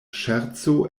ŝerco